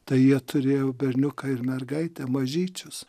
tai jie turėjo berniuką ir mergaitę mažyčius